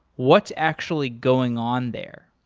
what's actually going on there?